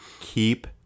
Keep